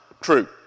true